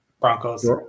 Broncos